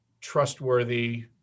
trustworthy